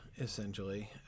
essentially